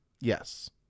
yes